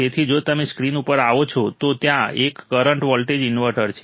તેથી જો તમે સ્ક્રીન ઉપર આવો છો તો ત્યાં એક કરંટથી વોલ્ટેજ કન્વર્ટર છે